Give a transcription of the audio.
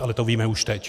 Ale to víme už teď.